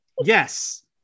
Yes